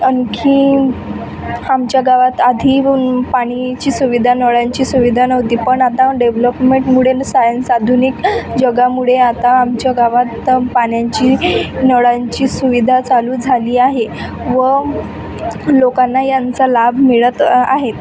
आणखी आमच्या गावात आधी पाणीची सुविधा नळांची सुविधा नव्हती पण आता डेव्हलपमेंटमुळे आणि सायन्स आधुनिक जगामुळे आत्ता आमच्या गावात पण पाण्याची नळांची सुविधा चालू झाली आहे व लोकांना यांचा लाभ मिळत आहेत